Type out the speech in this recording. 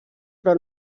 però